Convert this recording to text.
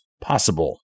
possible